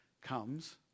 comes